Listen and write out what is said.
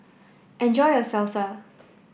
enjoy your Salsa